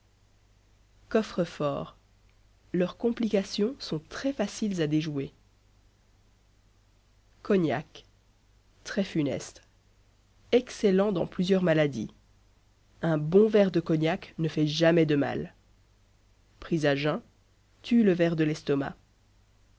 coffres-forts leurs complications sont très faciles à déjouer cognac très funeste excellent dans plusieurs maladies un bon verre de cognac ne fait jamais de mal pris à jeun tue le ver de l'estomac